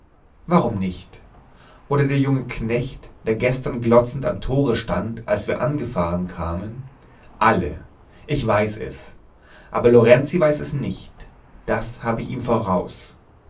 warum nicht oder der junge knecht der gestern glotzend am tore stand als wir angefahren kamen alle ich weiß es aber lorenzi weiß es nicht das hab ich vor ihm voraus